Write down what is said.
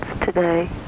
today